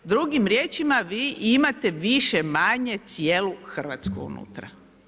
Drugim riječima, vi imate više-manje cijelu Hrvatsku unutra.